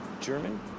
German